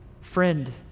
friend